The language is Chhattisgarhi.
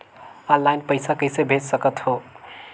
ऑनलाइन पइसा कइसे भेज सकत हो?